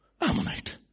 Ammonite